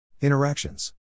Interactions